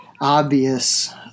obvious